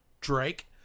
Drake